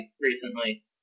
recently